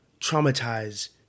traumatize